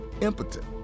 impotent